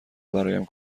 برایم